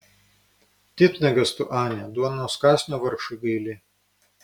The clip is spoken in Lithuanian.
titnagas tu ane duonos kąsnio vargšui gaili